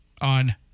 on